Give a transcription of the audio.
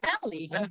family